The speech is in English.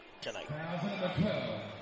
tonight